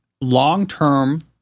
long-term